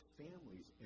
families